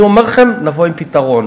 אני אומר לכם, נבוא עם פתרון.